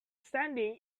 standing